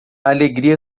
alegria